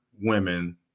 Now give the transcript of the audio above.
women